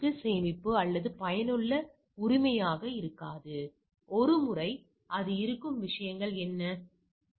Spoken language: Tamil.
எனவே இது தொகையை அளிக்கிறது உண்மையில் இது உங்களுக்கு நிகழ்தகவு 0